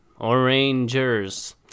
orangers